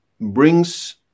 brings